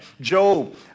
Job